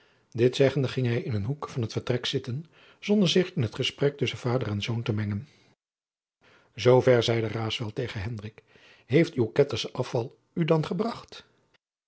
dit zeggende ging hij in een hoek van het vertrek zitten zonder zich in het gesprek tusschen vader en zoon te mengen zoover zeide raesfelt tegen hendrik heeft uw kettersche afval u dan gebracht